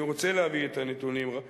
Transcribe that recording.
אני רוצה להביא את הנתונים, חברים.